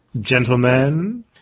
Gentlemen